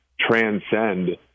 Transcend